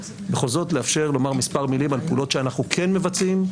בכל זאת לאפשר לומר מספר מילים על פעולות שאנחנו כן מבצעים.